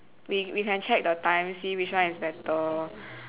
we we can check the time see which one is better